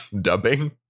dubbing